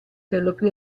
perlopiù